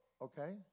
Okay